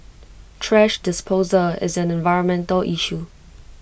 thrash disposal is an environmental issue